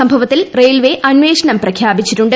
സംഭവത്തിൽ റെയിൽവേ അന്വേഷണം പ്രഖ്യാപിച്ചിട്ടുണ്ട്